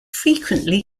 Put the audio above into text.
frequently